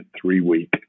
three-week